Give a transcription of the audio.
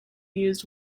used